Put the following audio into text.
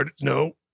No